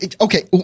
okay